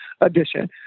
edition